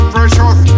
Precious